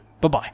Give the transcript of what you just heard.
Bye-bye